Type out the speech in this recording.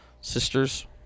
Sisters